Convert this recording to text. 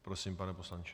Prosím, pane poslanče.